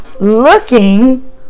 looking